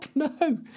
No